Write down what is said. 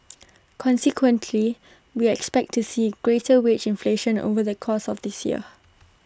consequently we expect to see greater wage inflation over the course of this year